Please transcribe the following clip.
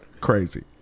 Crazy